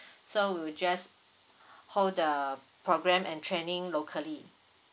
so we'll just hold the programme and training locally